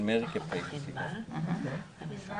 נתחיל מהתחלה,